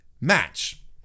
match